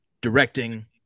directing